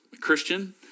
Christian